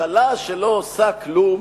ממשלה שלא עושה כלום.